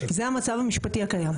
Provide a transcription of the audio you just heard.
זה המצב המשפטי הקיים.